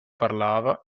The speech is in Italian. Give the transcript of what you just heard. parlava